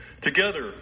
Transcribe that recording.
together